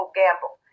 gamble